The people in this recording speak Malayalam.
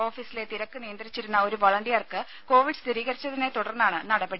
ഓഫീസിലെ തിരക്ക് നിയന്ത്രിച്ചിരുന്ന ഒരു വൊളണ്ടിയർക്ക് കോവിഡ് സ്ഥിരീകരിച്ചതിനെത്തുടർന്നാണ് നടപടി